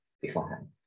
beforehand